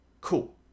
cool